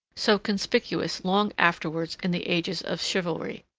so conspicuous long afterwards in the ages of chivalry.